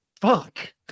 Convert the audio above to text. fuck